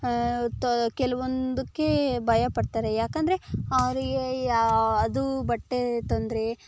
ತ ಕೆಲವೊಂದಕ್ಕೇ ಭಯಪಡ್ತಾರೆ ಯಾಕಂದರೆ ಅವರಿಗೆ ಯಾ ಅದೂ ಬಟ್ಟೇ ತೊಂದರೆ